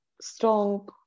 strong